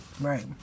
Right